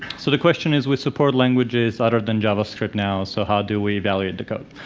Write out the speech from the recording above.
so the question is with support languages other than javascript now, so how do we evaluate the code?